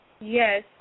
Yes